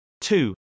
Two